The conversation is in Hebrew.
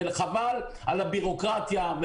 חבל על הביורוקרטיה,